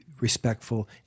respectful